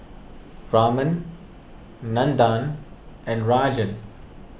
Raman Nandan and Rajan